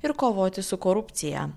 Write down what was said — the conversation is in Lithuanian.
ir kovoti su korupcija